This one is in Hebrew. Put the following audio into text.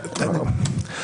נכון.